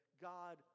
God